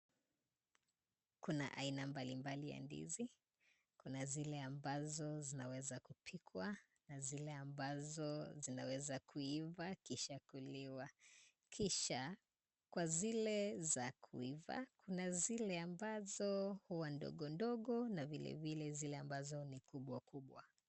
Kuna aina mbalimbali ya ndizi. Kuna zile ambazo zinaweza kupikwa na zile ambazo zinaweza kuiva kisha kuliwa. Kisha, kwa zile za kuiva, kuna zile ambazo huwa ndogondogo, na vile vile zile ambazo ni kubwa kubwa.